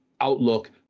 outlook